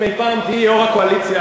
אם אי-פעם תהיי יו"ר הקואליציה,